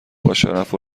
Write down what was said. باشرف